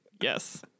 yes